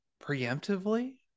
preemptively